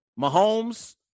Mahomes